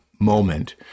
moment